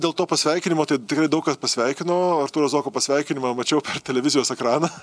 dėl to pasveikinimo tai tikrai daug kas pasveikino artūro zuoko pasveikinimą mačiau per televizijos ekraną